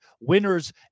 winners